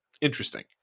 Interesting